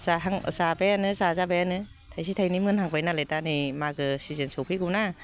जाहां जाबायानो जाजाबायानो थाइसे थाइनै मोनहांबाय नालाय दा नै मागो सिजेन सफैगौना